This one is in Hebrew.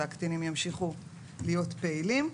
והקטינים ימשיכו להיות פעילים.